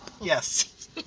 Yes